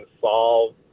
solve